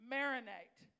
Marinate